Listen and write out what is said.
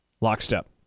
Lockstep